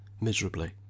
miserably